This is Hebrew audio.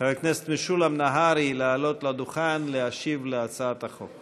חבר הכנסת משולם נהרי לעלות לדוכן להשיב על הצעת החוק.